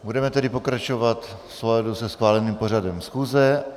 Budeme tedy pokračovat v souladu se schváleným pořadem schůze.